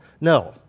No